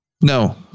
No